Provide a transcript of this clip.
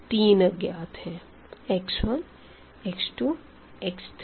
तीन अज्ञात है x1 x2 x3